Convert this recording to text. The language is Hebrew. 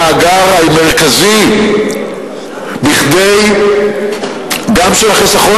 שבסופו של דבר הוא המאגר המרכזי גם של החיסכון